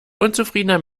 unzufriedener